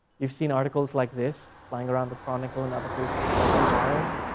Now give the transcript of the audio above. you've seen articles like this, lying around the chronicle and other places for a little while.